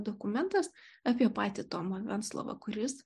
dokumentas apie patį tomą venclovą kuris